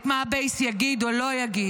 את מה הבייס יגיד או לא יגיד,